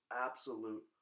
absolute